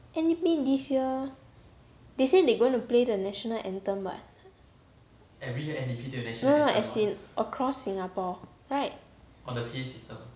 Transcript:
N_D_P this year they say they going to play the national anthem what no no no as in across singapore right